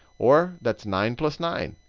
or that's nine plus nine.